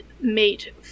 mate